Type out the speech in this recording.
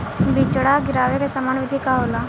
बिचड़ा गिरावे के सामान्य विधि का होला?